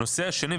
נושא השני,